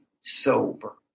sober